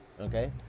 Okay